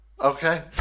Okay